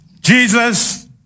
Jesus